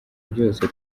byose